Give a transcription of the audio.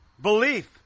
belief